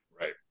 right